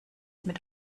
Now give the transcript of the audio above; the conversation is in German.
mit